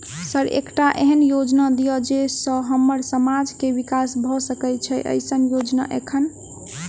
Sir एकटा एहन योजना दिय जै सऽ हम्मर समाज मे विकास भऽ सकै छैय एईसन योजना एखन?